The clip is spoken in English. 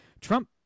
Trump